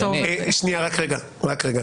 משפט.